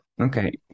Okay